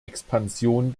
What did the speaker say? expansion